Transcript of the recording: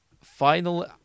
final